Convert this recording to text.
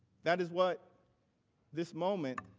that is what this moment